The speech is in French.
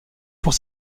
pour